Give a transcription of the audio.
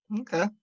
okay